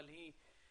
אבל היא מוכנה.